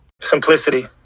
Simplicity